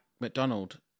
McDonald